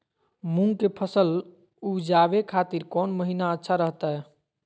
मूंग के फसल उवजावे खातिर कौन महीना अच्छा रहतय?